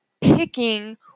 picking